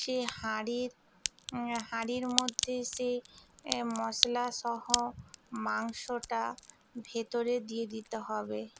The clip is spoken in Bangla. সে হাঁড়ির হাঁড়ির মধ্যে সে মশলা সহ মাংসটা ভেতরে দিয়ে দিতে হবে